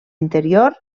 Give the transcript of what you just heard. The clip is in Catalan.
interior